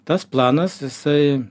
tas planas jisai